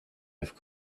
have